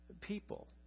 people